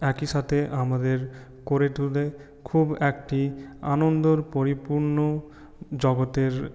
একই সাথে আমাদের কোরেটুরে খুব একটি আনন্দর পরিপূর্ণ জগতের